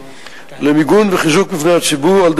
למיגון וחיזוק מבני הציבור על-ידי